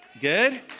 Good